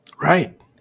right